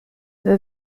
the